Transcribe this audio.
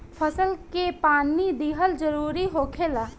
फसल के पानी दिहल जरुरी होखेला